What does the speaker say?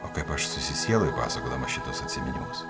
o kaip aš susisieloju pasakodamas šituos atsiminimus